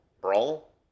Brawl